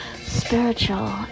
spiritual